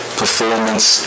performance